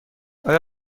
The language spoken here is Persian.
آیای